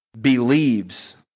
believes